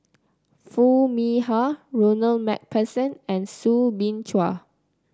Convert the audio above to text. Foo Mee Har Ronald MacPherson and Soo Bin Chua